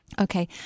Okay